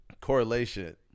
correlation